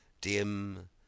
dim